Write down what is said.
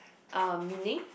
uh meaning